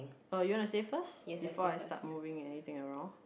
uh you want to save first before I statt moving anything around